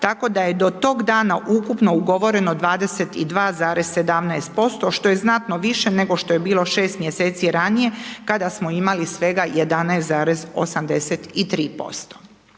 tako da je do tog dana ukupno ugovoreno 22,17% što je znatno više nego što je bilo 6 mj. ranije kada smo imali svega 11,83%.